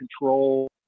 control